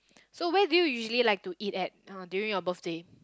so where do you usually like to eat at uh during your birthday